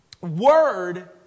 word